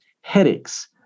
headaches